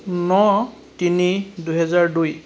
ন তিনি দুহেজাৰ দুই